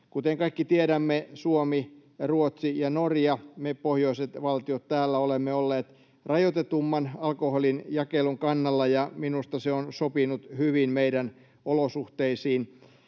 Kuten kaikki tiedämme, Suomi, Ruotsi ja Norja, me pohjoiset valtiot täällä, olemme olleet rajoitetumman alkoholinjakelun kannalla, ja minusta se on sopinut hyvin meidän olosuhteisiin.